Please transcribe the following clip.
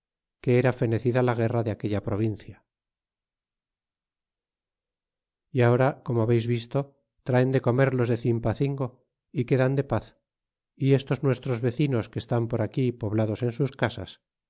que era fenecida la guerra de aquella provincia y ahora como habeis visto traen de comer los de cimpacingo y quedan de paz y estos nuestros vecinos que están por aquí poblados en sus casas